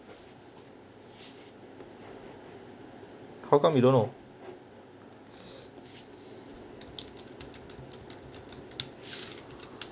how come you don't know